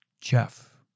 Jeff